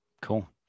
Cool